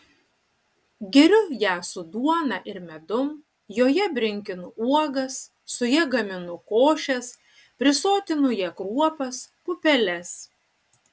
geriu ją su duona ir medum joje brinkinu uogas su ja gaminu košes prisotinu ja kruopas pupeles